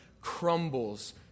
crumbles